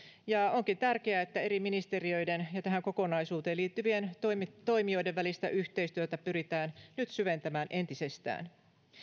ja ja onkin tärkeää että eri ministeriöiden ja tähän kokonaisuuteen liittyvien toimijoiden välistä yhteistyötä pyritään nyt syventämään entisestään